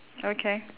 okay